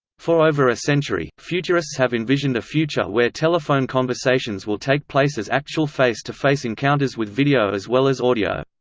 for over a century, futurists have envisioned a future where telephone conversations will take place as actual face-to-face encounters with video as well as audio.